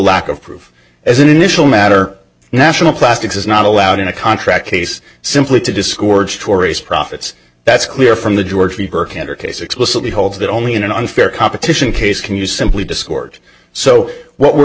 lack of proof as an initial matter national plastics is not allowed in a contract case simply to discords tori's profits that's clear from the ga her candor case explicitly holds that only in an unfair competition case can you simply discord so what we're